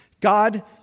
God